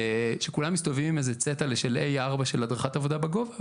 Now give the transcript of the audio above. שכולם מסתובבים עם איזה פתק של דף A4 של הדרכת עבודה בגובה,